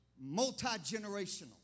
multi-generational